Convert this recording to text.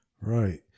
Right